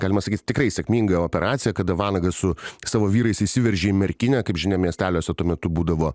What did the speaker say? galima sakyt tikrai sėkminga operacija kada vanagas su savo vyrais įsiveržė į merkinę kaip žinia miesteliuose tuo metu būdavo